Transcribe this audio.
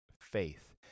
faith